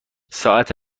ساعت